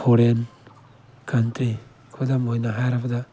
foreign country ꯈꯨꯗꯝ ꯑꯣꯏꯅ ꯍꯥꯏꯔꯕꯗ